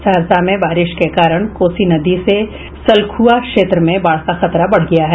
सहरसा में बारिश के कारण कोसी नदी से सलखुआ क्षेत्र में बाढ़ का खतरा बढ़ गया है